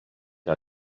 que